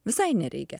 visai nereikia